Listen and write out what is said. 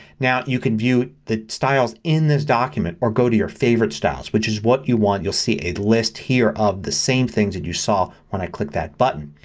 now you can view the styles in this document or go to your favorite styles which is what you want. you'll see a list here of the same things that you saw when i clicked that button.